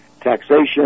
taxation